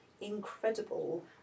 incredible